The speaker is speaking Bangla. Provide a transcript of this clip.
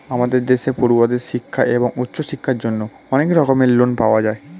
আমাদের দেশে পড়ুয়াদের শিক্ষা এবং উচ্চশিক্ষার জন্য অনেক রকমের লোন পাওয়া যায়